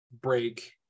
break